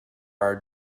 our